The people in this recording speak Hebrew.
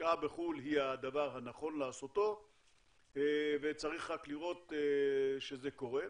ההשקעה בחו"ל היא הדבר הנכון לעשותו וצריך רק לראות שזה קורה.